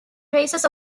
traces